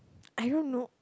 I don't know